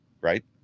right